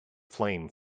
flame